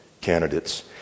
candidates